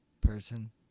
person